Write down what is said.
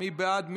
מי בעד?